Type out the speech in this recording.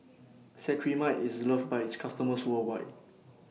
Cetrimide IS loved By its customers worldwide